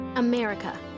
America